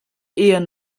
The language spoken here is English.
ian